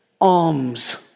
alms